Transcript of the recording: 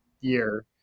year